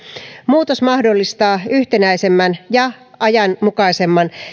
muutos mahdollistaa yhtenäisemmät ja ajanmukaisemmat